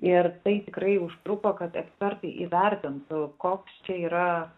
ir tai tikrai užtruko kad ekspertai įvertintų koks čia yra